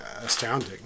astounding